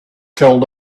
killed